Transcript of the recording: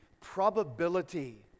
probability